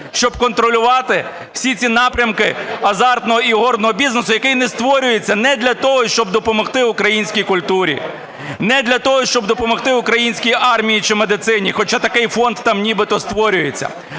щоб контролювати всі ці напрямки азартного ігорного бізнесу, який створюється не для того, щоб допомогти українській культурі, не для того, щоб допомогти українській армії чи медицині, хоча такий фонд там нібито створюється,